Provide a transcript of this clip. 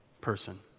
person